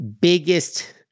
biggest